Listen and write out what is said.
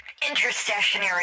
interstationary